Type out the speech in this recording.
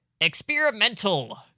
experimental